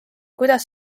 kuidas